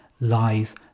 lies